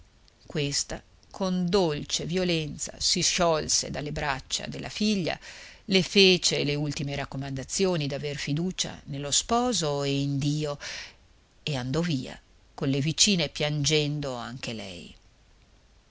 questa con dolce violenza si sciolse dalle braccia della figlia le fece le ultime raccomandazioni d'aver fiducia nello sposo e in dio e andò via con le vicine piangendo anche lei